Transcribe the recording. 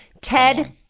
Ted